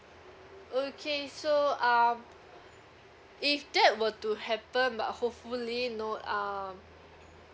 okay so um if that were to happen but hopefully no um